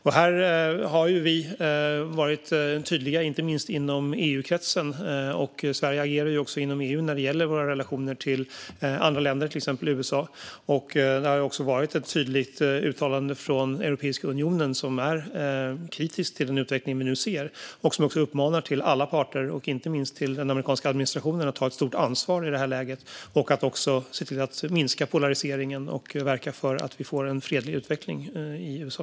Vi har varit tydliga, inte minst inom EU-kretsen. Sverige agerar också inom EU när det gäller våra relationer till andra länder, till exempel USA. Det har gjorts ett tydligt uttalande från Europeiska unionen, som är kritisk till den utveckling som vi nu ser. Man uppmanar alla parter, inte minst den amerikanska administrationen, att ta stort ansvar i detta läge och minska polariseringen och verka för en fredlig utveckling i USA.